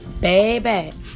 baby